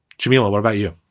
jamila, what about you?